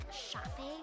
shopping